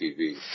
TV